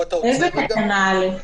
איזה תקנה (א)?